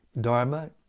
dharma